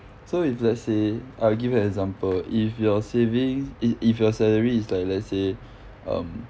so if let's say I'll give you an example if your saving if if your salary is like let's say um